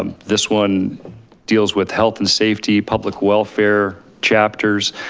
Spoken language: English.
this one deals with health and safety, public welfare chapters.